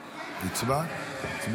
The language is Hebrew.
הצבעת?